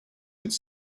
could